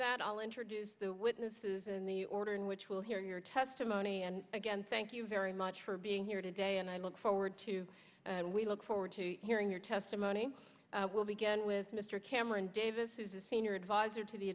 that i'll introduce the witnesses in the order in which we'll hear your testimony and again thank you very much for being here today and i look forward to we look forward to hearing your testimony will begin with mr cameron davis the senior advisor to the